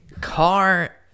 car